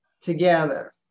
together